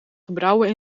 gebrouwen